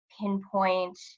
pinpoint